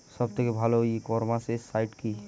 সব থেকে ভালো ই কমার্সে সাইট কী?